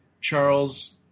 Charles